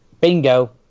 bingo